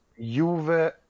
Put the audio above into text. Juve